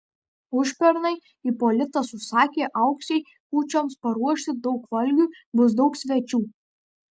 užpernai ipolitas užsakė auksei kūčioms paruošti daug valgių bus daug svečių